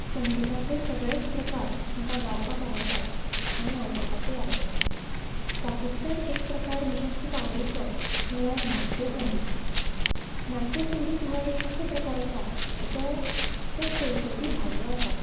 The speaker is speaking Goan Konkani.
संगितातले सगळेंच प्रकार म्हाका गावपाक आवडटात आनी आयकूपाकूंय आवडटात तातूंतल्यान एक प्रकार म्हज्या खूब आवडीचो म्हणल्यार नाट्यसंगीत नाट्यसंगीत हो एक असो प्रकार आसा जो त्या चौकटा भायलो आसा